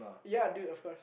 ya dude that's fair